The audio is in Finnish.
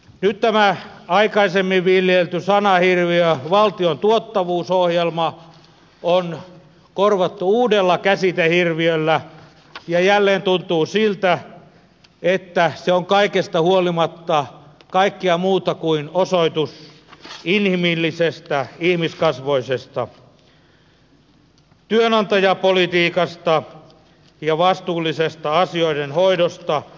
nyt tämä aikaisemmin viljelty sanahirviö valtion tuottavuusohjelma on korvattu uudella käsitehirviöllä ja jälleen tuntuu siltä että se on kaikesta huolimatta kaikkea muuta kuin osoitus inhimillisestä ihmiskasvoisesta työnantajapolitiikasta ja vastuullisesta asioiden hoidosta